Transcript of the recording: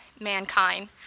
mankind